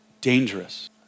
dangerous